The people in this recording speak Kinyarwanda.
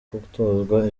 gutozwa